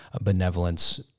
benevolence